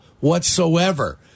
whatsoever